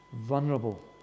vulnerable